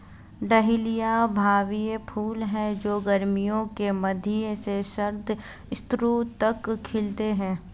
dahlia भव्य फूल हैं जो गर्मियों के मध्य से शरद ऋतु तक खिलते हैं